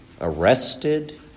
arrested